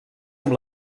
amb